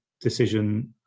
decision